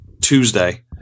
Tuesday